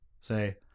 say